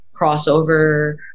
crossover